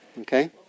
Okay